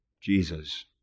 Jesus